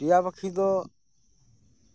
ᱴᱤᱭᱟ ᱯᱟᱠᱷᱤ ᱫᱚ